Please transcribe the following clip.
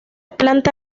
planta